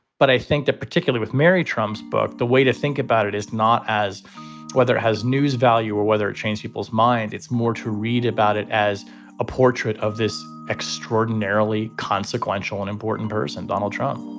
but i think that particularly with mary trump's book, the way to think about it is not as whether it has news value or whether it change people's mind. it's more to read about it as a portrait of this extraordinarily consequential and important person, donald trump